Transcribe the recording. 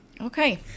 okay